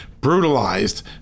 brutalized